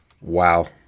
Wow